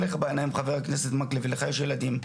לך בעיניים חבר הכנסת מקלב ולך יש ילדים,